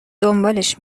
دنبالش